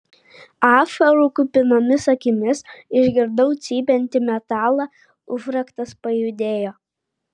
ašarų kupinomis akimis išgirdau cypiantį metalą užraktas pajudėjo